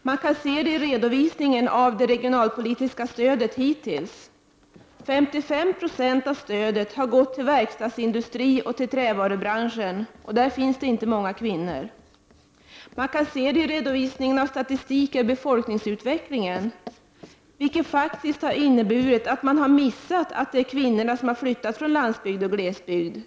Man kan se det i redovisningen av det regionalpolitiska stödet hittills. 55 Yo av stödet har gått till verkstadsindustrin och trävarubranschen, där det inte finns många kvinnor. Man kan se det i redovisningen av statistik över befolkningsutvecklingen. Man har faktiskt missat att det är kvinnorna som har flyttat från landsbygd och glesbygd.